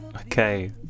okay